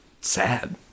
sad